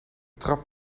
trap